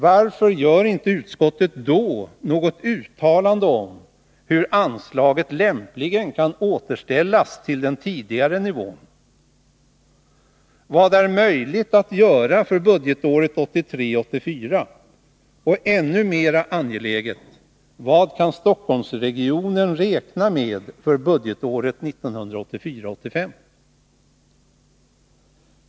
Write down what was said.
Varför gör inte utskottet då något uttalande om hur anslaget lämpligen kan återställas till den tidigare nivån? Vad är möjligt att göra för budgetåret 1983 85?